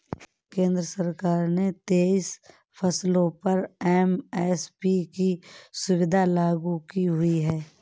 केंद्र सरकार ने तेईस फसलों पर एम.एस.पी की सुविधा लागू की हुई है